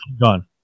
gone